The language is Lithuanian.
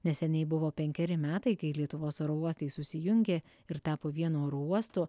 neseniai buvo penkeri metai kai lietuvos oro uostai susijungė ir tapo vienu oro uostu